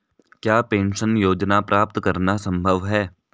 क्या पेंशन योजना प्राप्त करना संभव है?